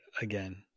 again